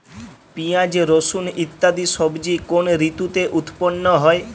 পিঁয়াজ রসুন ইত্যাদি সবজি কোন ঋতুতে উৎপন্ন হয়?